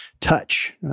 touch